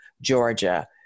Georgia